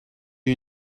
you